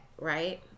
right